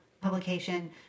publication